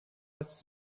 als